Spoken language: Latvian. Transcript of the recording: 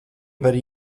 vari